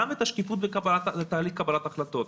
גם השקיפות בתהליך קבלת ההחלטות,